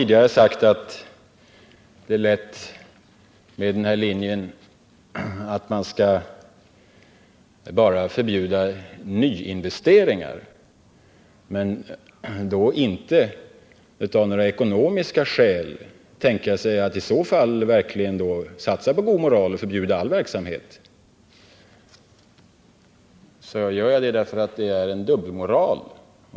Detta att man bara skall förbjuda nyinvesteringar och av egna ekonomiska skäl tänka sig att inte satsa på god moral och förbjuda all verksamhet har jag sagt är en dubbelmoral.